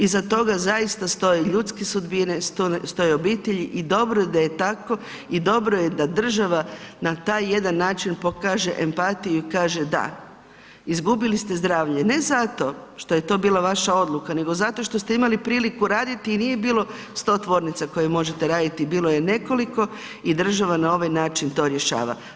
Iza toga zaista stoje ljudske sudbine, stoje obitelji i dobro da je tako i dobro je da država na taj jedan način pokaže ematiju i kaže da, izgubili ste zdravlje ne zato što je to bila vaša odluka nego zato što ste imali priliku raditi i nije bilo 100 tvornica u kojima možete raditi, bilo je nekoliko i država na ovaj način to rješava.